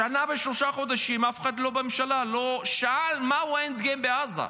שנה ושלושה חודשים אף אחד בממשלה לא שאל מה הוא ה-end game בעזה,